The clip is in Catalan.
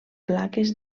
plaques